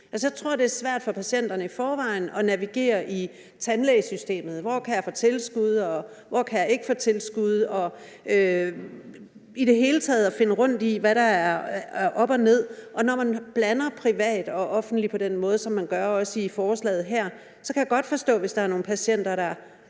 forvejen, det er svært for patienterne at navigere i tandlægesystemet med hensyn til, hvor man kan få tilskud, og hvor man ikke kan få tilskud, og i det hele taget finde rundt i, hvad der er op og ned i det. Og når man blander privat og offentligt på den måde, som man gør det i forslaget her, så kan jeg godt forstå, hvis der er nogle patienter, der